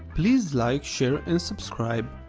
please like, share and subscribe.